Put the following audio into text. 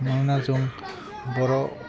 मानोना जों बर'